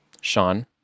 Sean